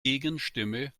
gegenstimme